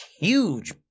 huge